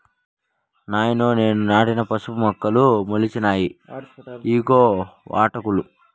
నాయనో నేను నాటిన పసుపు మొక్కలు మొలిచినాయి ఇయ్యిగో వాటాకులు